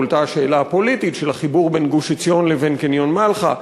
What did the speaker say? הועלתה השאלה הפוליטית של החיבור בין גוש-עציון לבין קניון מלחה.